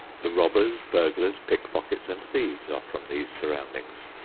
the robbers, burglars, pickpockets and thieves are from these surroundings.